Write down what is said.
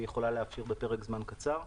שהיא יכולה לאפשר בפרק זמן קצר.